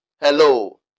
Hello